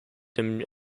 him